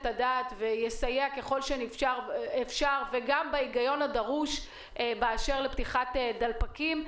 הדעת ויסייע ככל שאפשר תוך הפעלת ההיגיון הדרוש באשר להפעלת דלפקים,